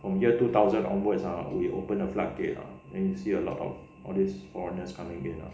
from year two thousand onwards ah we open a blockade then you see a lot of all these foreigners coming in lah